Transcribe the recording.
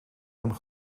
hem